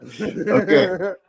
Okay